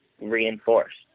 reinforced